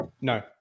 No